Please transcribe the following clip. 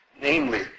namely